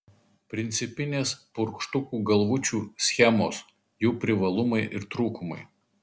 principinės purkštukų galvučių schemos jų privalumai ir trūkumai